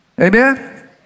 Amen